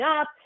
up